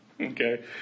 Okay